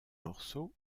morceaux